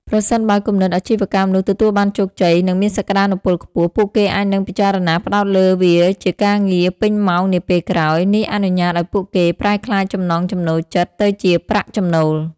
ប្រសិនបើគំនិតអាជីវកម្មនោះទទួលបានជោគជ័យ និងមានសក្តានុពលខ្ពស់ ពួកគេអាចនឹងពិចារណាផ្តោតលើវាជាការងារពេញម៉ោងនាពេលក្រោយ នេះអនុញ្ញាតឱ្យពួកគេប្រែក្លាយចំណង់ចំណូលចិត្តទៅជាប្រាក់ចំណូល។